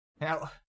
Now